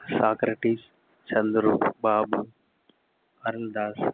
Socrates Chandru Babu Arundas